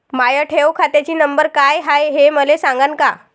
माया ठेव खात्याचा नंबर काय हाय हे मले सांगान का?